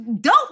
dope